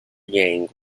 yang